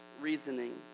reasoning